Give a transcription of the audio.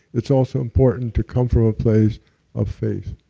it's also important to come from a place of faith.